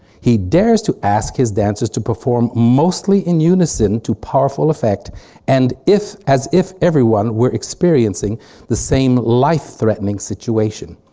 he dares to ask his dancers to perform mostly in unison to powerful effect and if as if everyone were experiencing the same life-threatening situation.